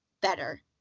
better